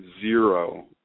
zero